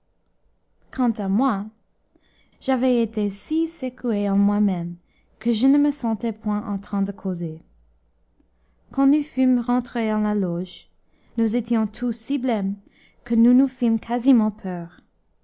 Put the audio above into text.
quant à moi j'avais été si secoué en moi-même que je ne me sentais point en train de causer quand nous fûmes rentrés en la loge nous étions tous si blêmes que nous nous fîmes quasiment peur